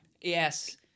Yes